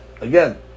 again